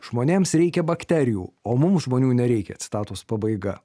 žmonėms reikia bakterijų o mums žmonių nereikia citatos pabaiga